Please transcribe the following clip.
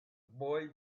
boy